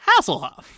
Hasselhoff